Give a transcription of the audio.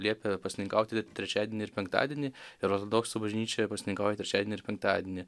liepia pasninkauti trečiadienį ir penktadienį ir ortodoksų bažnyčioje pasninkauja trečiadienį ir penktadienį